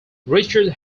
richard